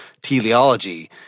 teleology